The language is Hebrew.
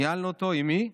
ניהלנו אותו עם מי?